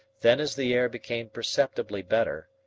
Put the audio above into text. then as the air became perceptibly better,